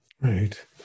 Right